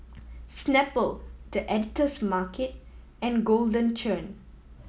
Snapple The Editor's Market and Golden Churn